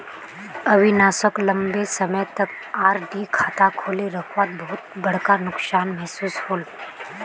अविनाश सोक लंबे समय तक आर.डी खाता खोले रखवात बहुत बड़का नुकसान महसूस होल